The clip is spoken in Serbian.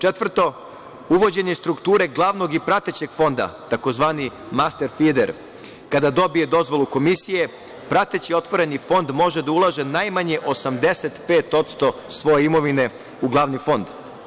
Četvrto, uvođenje strukture glavnog i pratećeg fonda tzv. master fider kada dobije dozvolu komisije prateći otvoreni fond može da ulaže najmanje 85% svoje imovine u glavni fond.